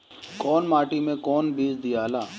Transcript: कौन माटी मे कौन बीज दियाला?